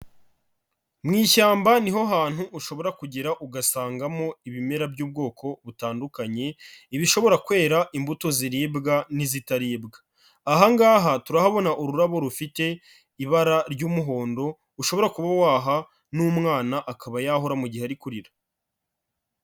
Mu ishyamba ni ho hantu ushobora kugera ugasangamo ibimera by'ubwoko butandukanye, ibishobora kwera imbuto ziribwa n'izitaribwa, aha ngaha turahabona ururabo rufite ibara ry'umuhondo, ushobora kuba waha n'umwana akaba yahora mu mu gihe ari kurira.